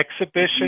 Exhibition